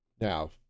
Now